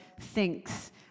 thinks